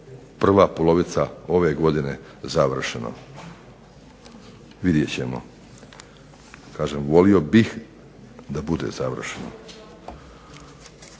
prva polovica ove godine završeno. Vidjet ćemo. Kažem volio bih da bude završeno.